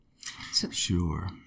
Sure